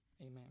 amen